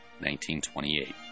1928